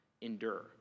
Endure